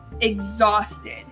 exhausted